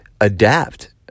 adapt